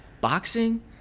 Boxing